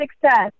success